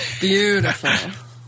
Beautiful